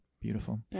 Beautiful